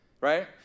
right